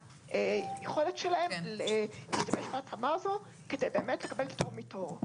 היכולת שלהם להשתמש בהתאמה הזאת כדי באמת לקבל פטור מתור.